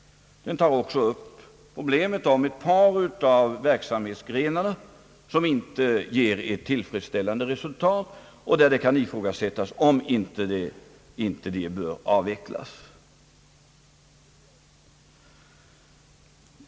Man tar också upp problemet om ett par verksamhetsgrenar som inte ger tillfredsställande resultat och där det kan ifrågasättas om de inte bör avvecklas.